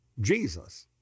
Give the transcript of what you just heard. Jesus